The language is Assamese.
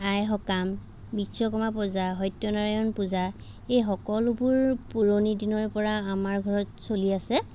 আই সকাম বিশ্বকৰ্মা পূজা সত্যনাৰায়ণ পূজা এই সকলোবোৰ পুৰণি দিনৰ পৰাই আমাৰ ঘৰত চলি আছে